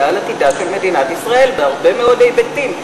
על עתידה של מדינת ישראל בהרבה מאוד היבטים?